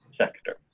sector